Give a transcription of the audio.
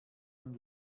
man